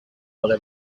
poche